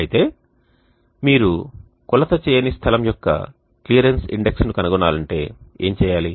అయితే మీరు కొలత చేయని స్థలం యొక్క క్లియరెన్స్ ఇండెక్స్ ను కనుగొనాలనుకుంటే ఏమి చేయాలి